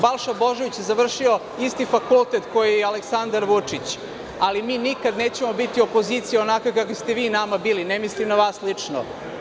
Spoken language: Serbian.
Balša Božović je završio isti fakultet kao i Aleksandar Vučić, ali mi nikada nećemo biti opozicija onakva kakva ste vi nama bili, ne mislim na vas lično.